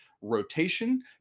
rotation